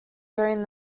during